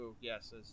yes